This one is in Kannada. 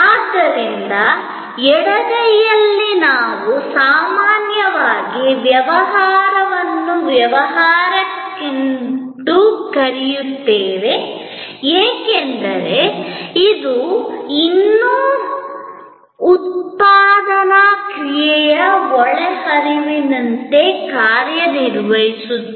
ಆದ್ದರಿಂದ ಎಡಗೈಯಲ್ಲಿ ನಾವು ಸಾಮಾನ್ಯವಾಗಿ business to business ಎಂದು ಕರೆಯುತ್ತೇವೆ ಏಕೆಂದರೆ ಇದು ಇನ್ನೂ ಉತ್ಪಾದನಾ ಪ್ರಕ್ರಿಯೆಯ ಒಳಹರಿವಿನಂತೆ ಕಾರ್ಯನಿರ್ವಹಿಸುತ್ತಿದೆ